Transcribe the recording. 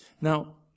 Now